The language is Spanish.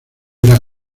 era